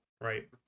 Right